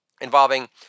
involving